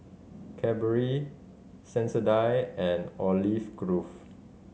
Cadbury Sensodyne and Olive Grove